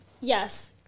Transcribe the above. Yes